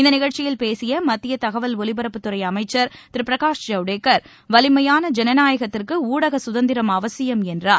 இந்த நிகழ்ச்சியில் பேசிய மத்திய தகவல் ஒலிபரப்புத்துறை அமைச்சர் திரு பிரகாஷ் ஜவ்டேகர் வலிமையான ஜனநாயகத்திற்கு ஊடக சுதந்திரம் அவசியம் என்றார்